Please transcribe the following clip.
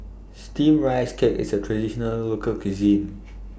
Steamed Rice Cake IS A Traditional Local Cuisine